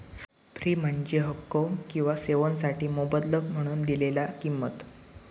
fee म्हणजे हक्को किंवा सेवोंसाठी मोबदलो म्हणून दिलेला किंमत